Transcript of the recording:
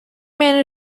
managed